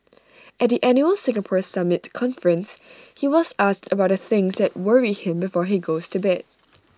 at the annual Singapore summit conference he was asked about the things that worry him before he goes to bed